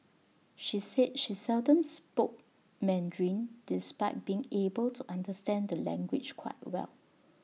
he said she seldom spoke Mandarin despite being able to understand the language quite well